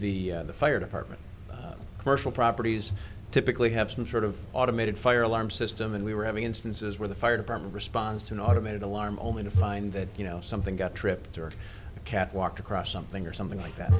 through the fire department commercial properties typically have some sort of automated fire alarm system and we were having instances where the fire department response to an automated alarm only to find that you know something got tripped or a cat walked across something or something like that